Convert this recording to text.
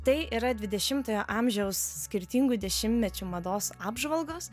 tai yra dvidešimtojo amžiaus skirtingų dešimtmečių mados apžvalgos